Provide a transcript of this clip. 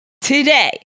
today